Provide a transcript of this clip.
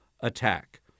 attack